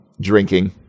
drinking